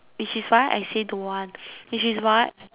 which is why I say don't want which is why